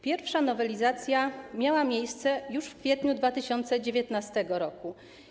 Pierwsza nowelizacja miała miejsce już w kwietniu 2019 r.